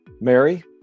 Mary